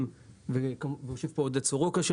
יושב פה עודד סורוקה.